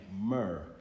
myrrh